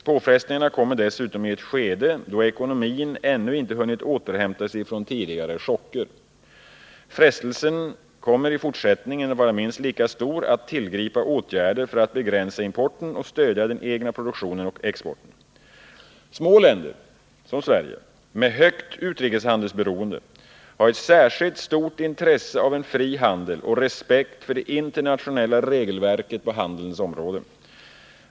Påfrestningarna kommer dessutom i ett skede då ekonomin ännu inte hunnit återhämta sig från tidigare chocker. Frestelsen kommer i fortsättningen att vara minst lika stor att tillgripa åtgärder för att begränsa importen och stödja den egna produktionen och exporten. Små länder — som Sverige —- med högt utrikeshandelsberoende har ett särskilt stort intresse av en fri handel och respekt för det internationella regelverket på handelns område.